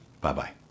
Bye-bye